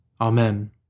Amen